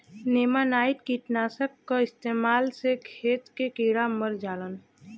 नेमानाइट कीटनाशक क इस्तेमाल से खेत के कीड़ा मर जालन